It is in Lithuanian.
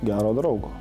gero draugo